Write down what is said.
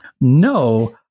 no